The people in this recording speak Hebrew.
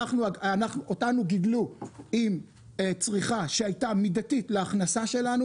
אותנו גידלנו עם צריכה שהייתה מידתית להכנסה שלנו.